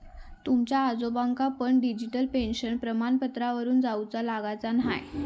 तुमच्या आजोबांका पण डिजिटल पेन्शन प्रमाणपत्रावरून जाउचा लागाचा न्हाय